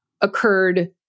occurred